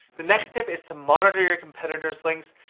the next tip is to monitor your competitor's links,